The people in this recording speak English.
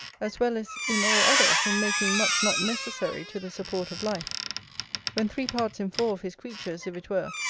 as well as in all others in making much not necessary to the support of life when three parts in four of his creatures, if it were,